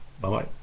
Bye-bye